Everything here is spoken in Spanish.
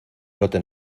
brote